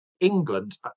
England